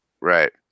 Right